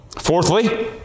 Fourthly